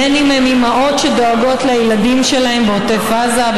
אם הן אימהות שדואגות לילדים שלהן בעוטף עזה,